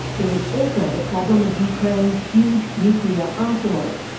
there was also the problem of ukraine's huge nuclear arsenal.